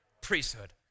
priesthood